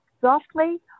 softly